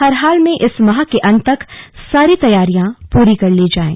हर हाल में इस माह के अंत तक सारी तैयारियां पूरी कर ली जाएं